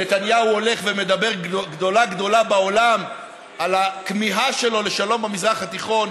נתניהו הולך ומדבר גבוהה-גבוהה בעולם על הכמיהה שלו לשלום במזרח התיכון,